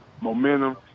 momentum